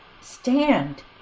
stand